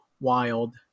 wild